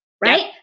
right